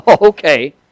okay